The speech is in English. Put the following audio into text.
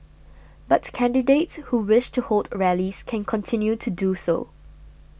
but candidates who wish to hold rallies can continue to do so